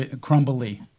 Crumbly